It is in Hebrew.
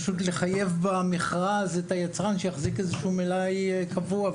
האפשרות לפתרון היא לחייב במכרז את היצרן שיחזיק איזשהו מלאי קבוע.